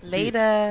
Later